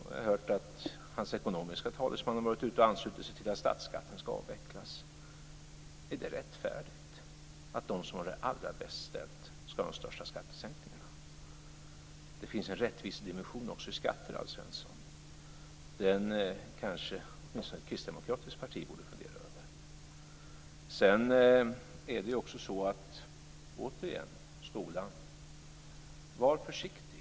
Jag har hört att hans ekonomiske talesman har anslutit sig till uppfattningen att statsskatten ska avvecklas. Är det rättfärdigt att de som har det allra bäst ställt ska ha de största skattesänkningarna? Det finns en rättvisedimension också i skatter, Alf Svensson. Den kanske åtminstone ett kristdemokratiskt parti borde fundera över. Vad gäller skolan vill jag säga så här: Var försiktig.